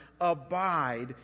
abide